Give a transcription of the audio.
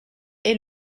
est